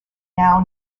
now